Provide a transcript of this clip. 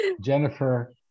Jennifer